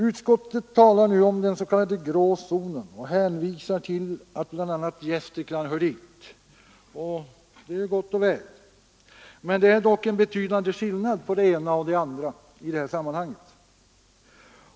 Utskottet talar om den s.k. grå zonen och hänvisar till att bl.a. Gästrikland hör dit. Detta är gott och väl, men det är dock en betydande skillnad på det ena och det andra i det sammanhanget.